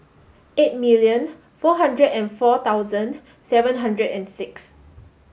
eight million four hundred and four thousand seven hundred and six